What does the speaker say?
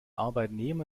arbeitnehmer